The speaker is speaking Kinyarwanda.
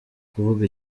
kuvuga